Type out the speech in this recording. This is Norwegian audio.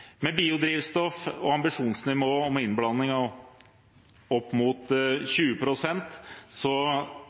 Med biodrivstoff og ambisjonsnivå om innblanding av opp mot